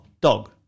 dog